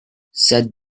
set